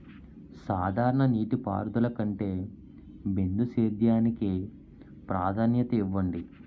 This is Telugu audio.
సాధారణ నీటిపారుదల కంటే బిందు సేద్యానికి ప్రాధాన్యత ఇవ్వండి